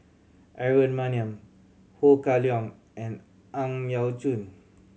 Aaron Maniam Ho Kah Leong and Ang Yau Choon